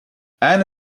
anne